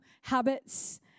habits